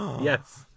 Yes